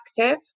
active